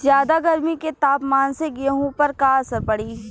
ज्यादा गर्मी के तापमान से गेहूँ पर का असर पड़ी?